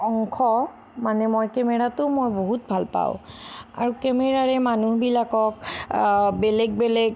অংশ মানে মই কেমেৰাটো মই বহুত ভাল পাওঁ আৰু কেমেৰাৰে মানুহবিলাকক বেলেগ বেলেগ